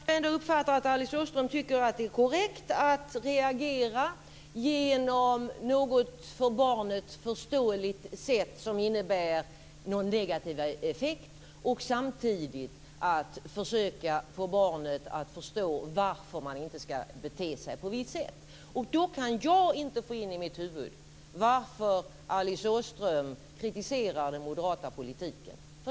Fru talman! Jag uppfattar ändå att Alice Åström tycker att det är korrekt att reagera på något för barnet förståeligt sätt som innebär en negativ effekt samtidigt som man försöker få barnet att förstå varför man inte ska bete sig på ett visst sätt. Då kan jag inte få in i mitt huvud varför Alice Åström kritiserar den moderata politiken.